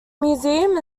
museum